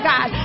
God